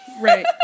right